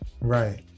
right